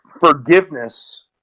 forgiveness